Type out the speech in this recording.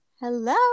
Hello